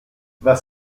was